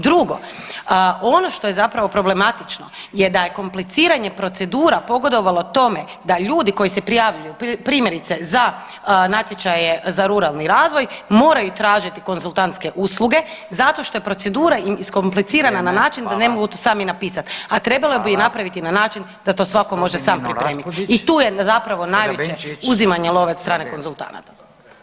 Drugo, ono što je zapravo problematično je da je kompliciranje procedura pogodovalo tome da ljudi koji se prijavljuju primjerice za natječaje za ruralni razvoj moraju tražiti konzultantske usluge zato što je procedura im iskomplicirana na način da ne mogu to sami napisat, a trebalo bi napraviti na način da to svako može sam pripremit i tu je zapravo najveće uzimanje love od strane konzultanata.